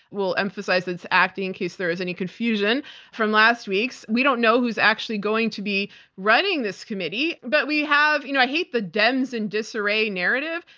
we'll emphasize that it's acting in case there is any confusion from last week. we don't know who's actually going to be running this committee, but we have you know, i hate the dems in disarray narrative.